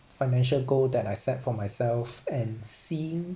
financial goal that I set for myself and see